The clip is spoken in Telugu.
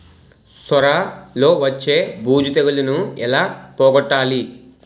సొర లో వచ్చే బూజు తెగులని ఏల పోగొట్టాలి?